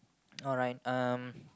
alright um